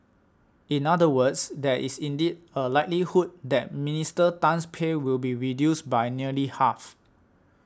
in other words there is indeed a likelihood that Minister Tan's pay will be reduced by nearly half